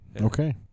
Okay